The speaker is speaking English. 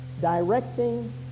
directing